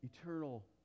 eternal